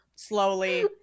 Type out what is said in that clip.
slowly